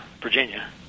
Virginia